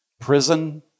prison